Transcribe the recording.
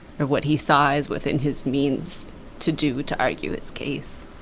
or what he saw as within his means to do to argue his case.